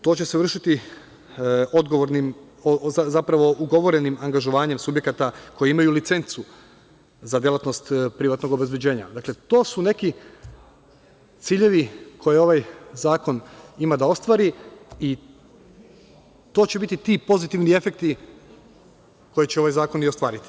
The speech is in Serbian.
To će se vršiti ugovorenim angažovanjem subjekata koja imaju licencu za delatnost privatnog obezbeđenja, dakle, to su neki ciljevi koje ovaj zakon ima da ostvari i to će biti ti pozitivni efekti koje će ovaj zakon i ostvariti.